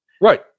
Right